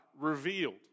revealed